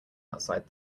outside